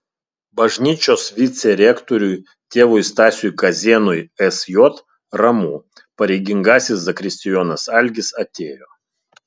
bažnyčios vicerektoriui tėvui stasiui kazėnui sj ramu pareigingasis zakristijonas algis atėjo